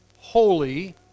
holy